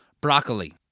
broccoli